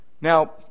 now